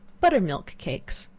butter-milk cakes.